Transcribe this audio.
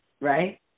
Right